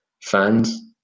fans